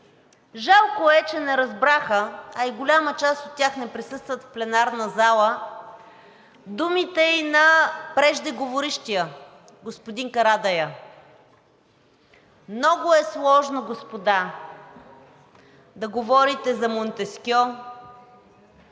Жалко е, че не разбраха, а и голяма част от тях не присъстват в пленарната зала, думите на преждеговорившия – господин Карадайъ. Много е сложно, господа, да говорите за Монтескьо